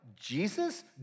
Jesus